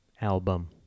Album